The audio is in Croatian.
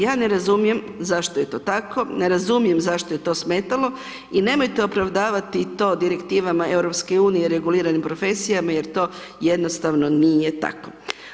Ja ne razumijem zašto je to tako, ne razumijem zašto je to smetalo i nemojte opravdavati to Direktivama EU reguliranim profesijama, jer to jednostavno nije tako.